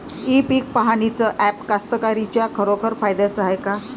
इ पीक पहानीचं ॲप कास्तकाराइच्या खरोखर फायद्याचं हाये का?